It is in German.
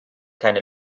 keine